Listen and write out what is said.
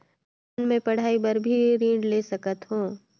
कौन मै पढ़ाई बर भी ऋण ले सकत हो?